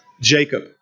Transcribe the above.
Jacob